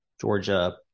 Georgia